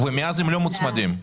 ומאז הם לא מוצמדים?